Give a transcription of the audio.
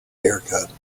haircut